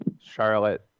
Charlotte